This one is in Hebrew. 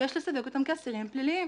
יש לסווג אותם כאסירים פליליים,